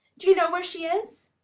do you know where she is?